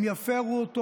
הם יפרו אותו